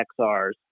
XRs